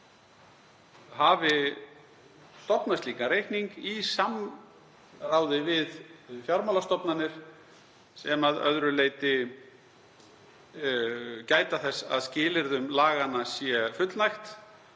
hafi stofnað slíkan reikning í samráði við fjármálastofnanir sem að öðru leyti gæta þess að skilyrðum laganna sé fullnægt.